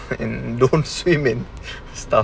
ya you don't swim and stuff